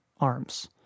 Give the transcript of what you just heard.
arms